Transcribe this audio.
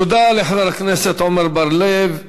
תודה לחבר הכנסת עמר בר-לב.